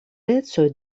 ecoj